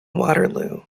waterloo